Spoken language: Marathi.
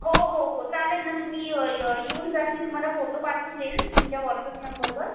हो हो हो चालेल न तुम्ही ये ये येऊन जा मी तुम्हाला फोटो पाठवून देईल तुमच्या व्हॉटसअप नंबरवर